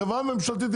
חברה ממשלתית,